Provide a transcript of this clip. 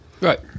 Right